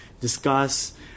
discuss